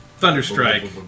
Thunderstrike